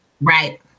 right